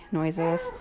noises